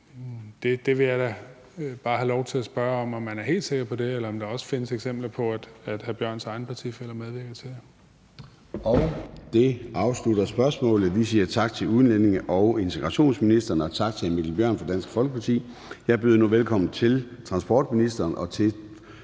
Det vil jeg da bare have lov til at spørge om, altså om man er helt sikker på det, eller om der også findes eksempler på, at hr. Mikkel Bjørns egne partifæller medvirker til det.